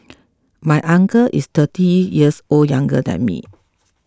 my uncle is thirty years O younger than me